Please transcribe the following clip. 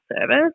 service